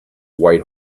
white